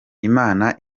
imana